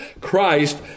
Christ